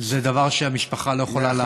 זה דבר שהמשפחה לא יכולה לעמוד בו.